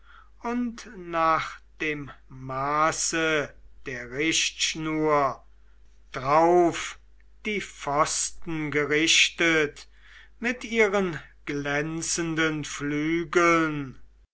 und nach dem maße der richtschnur drauf den pfosten gerichtet mit ihren glänzenden flügeln